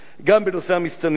גם בנושא המסתננים,